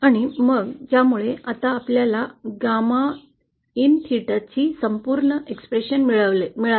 आणि मग यामुळे आता आपल्याला गॅमा एन थेटा ची संपूर्ण समीकरण मिळवलं